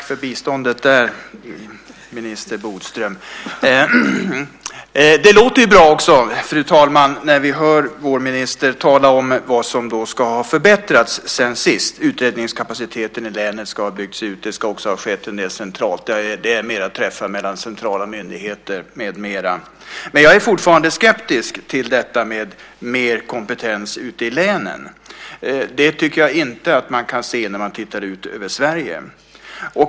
Fru talman! Det låter bra när vi hör vår minister tala om vad som ska ha förbättras sedan sist - utredningskapaciteten i länet ska ha byggts ut, det ska ha skett en del centralt, det är mer träffar mellan centrala myndigheter, med mera. Jag är dock fortfarande skeptisk till detta med mer kompetens ute i länen. Det tycker jag inte att man kan se när man tittar ut över Sverige.